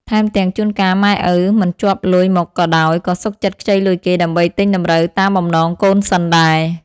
ថែមទាំងជួនកាលម៉ែឪមិនជាប់លុយមកក៏ដោយ ក៏សុខចិត្តខ្ចីលុយគេដើម្បីទិញតម្រូវតាមបំណងកូនសិនដែរ ។